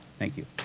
thank you.